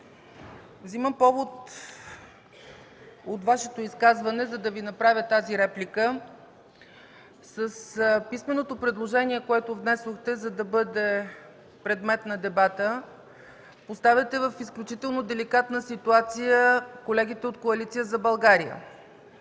Вземам повод от Вашето изказване, за да Ви направя тази реплика. С писменото предложение, което внесохте да бъде предмет на дебата, поставяте в изключително деликатна ситуация колегите от Коалиция за България.